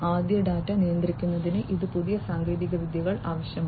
ആദ്യ ഡാറ്റ നിയന്ത്രിക്കുന്നതിന് ഇതിന് പുതിയ സാങ്കേതികവിദ്യകൾ ആവശ്യമാണ്